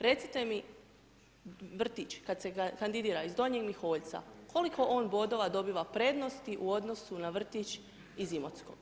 Recite mi, vrtić, kada se kandidira iz Donjeg Miholjca, koliko on bodova dobiva prednosti u odnosu na vrtić iz Imotskog?